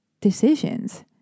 decisions